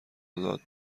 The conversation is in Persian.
ازاد